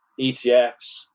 ETFs